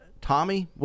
Tommy